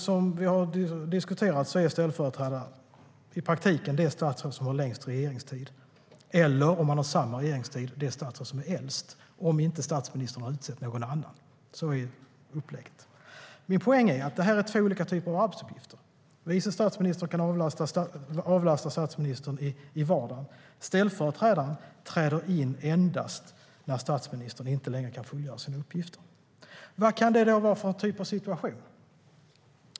Som vi har diskuterat är ställföreträdaren i praktiken det statsråd som har längst regeringstid eller, om man har samma regeringstid, det statsråd som är äldst - om inte statsministern har utsett någon annan. Så är upplägget. Min poäng är att det här är två olika typer av arbetsuppgifter. Vice statsministern kan avlasta statsministern i vardagen. Ställföreträdaren träder in endast när statsministern inte längre kan fullgöra sina uppgifter. Vad kan det då vara för typ av situation?